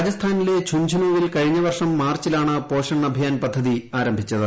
രാജസ്ഥാനിലെ ഝുൻഝുനുവിൽ കഴിഞ്ഞ വർഷം മാർച്ചിലാണ് പോഷൺ അഭിയാൻ പദ്ധതി ആരംഭിച്ചത്